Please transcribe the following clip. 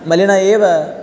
मलिन एव